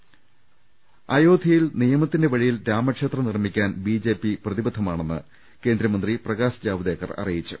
് അയോധ്യയിൽ നിയമത്തിന്റെ വഴിയിൽ രാമക്ഷേത്രം നിർമ്മി ക്കാൻ ബി ജെ പി പ്രതിബദ്ധമാണെന്ന് കേന്ദ്രമന്ത്രി പ്രകാശ് ജാവ്ദേക്കർ അറിയിച്ചു